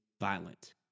violent